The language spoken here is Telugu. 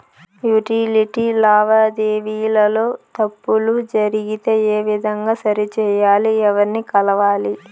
యుటిలిటీ లావాదేవీల లో తప్పులు జరిగితే ఏ విధంగా సరిచెయ్యాలి? ఎవర్ని కలవాలి?